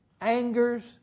angers